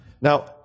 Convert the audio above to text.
Now